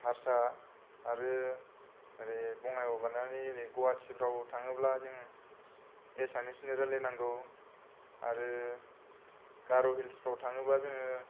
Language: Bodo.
हारसा आरो ओरै बङाइगाव बारनानै ओरै गुवाहाटीफ्राव थाङोब्ला जों एसामिसनि रायज्लायनांगौ आरो गार'हिल्सफोराव थाङोब्ला जों